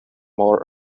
more